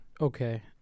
Okay